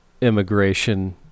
immigration